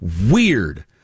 weird